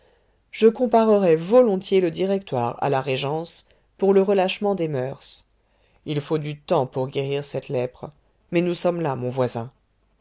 je comparerais volontiers le directoire à la régence pour le relâchement des moeurs il faut du temps pour guérir cette lèpre mais nous sommes là mon voisin